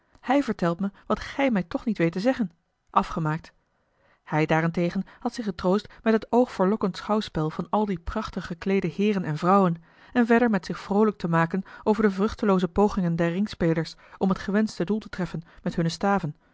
hij vertelt me wat gij mij toch niet weet te zeggen afgemaakt hij daarentegen had zich getroost met het oogverlokkend schouwspel van al die prachtige gekleede heeren en vrouwen en verder met zich vroolijk te maken over de vruchtelooze pogingen der ringspelers om het gewenschte doel te treffen met hunne staven